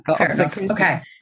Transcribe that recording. okay